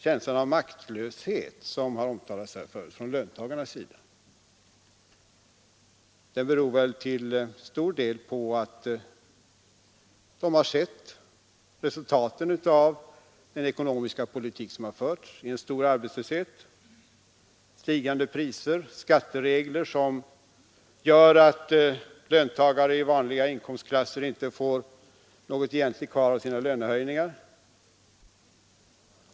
Känslan av maktlöshet hos löntagarna, som har omtalats här, beror väl till stor del på att vi har sett resultaten av den socialdemokratiska ekonomiska politik som har förts: en stor arbetslöshet, stigande priser, skatteregler som gör att löntagare i vanliga inkomstklasser inte får något egentligt kvar av sina lönehöjningar.